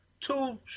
two